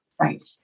Right